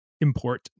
import